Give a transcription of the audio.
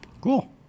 cool